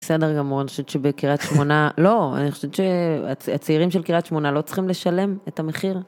בסדר גמור, אני חושבת שבקריית שמונה, חהח, לא, אני חושבת שהצעירים של קריית שמונה לא צריכים לשלם את המחיר.